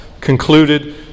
concluded